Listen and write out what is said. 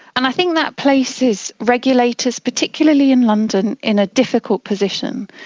and i think that places regulators, particularly in london, in a difficult position,